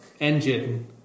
engine